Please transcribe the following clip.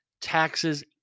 taxes